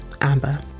Amber